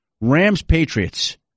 Rams-Patriots